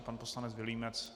Pan poslanec Vilímec.